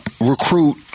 recruit